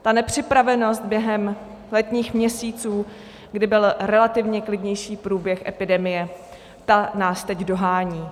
Ta nepřipravenost během letních měsíců, kdy byl relativně klidnější průběh epidemie, ta nás teď dohání.